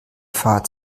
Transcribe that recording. fahrt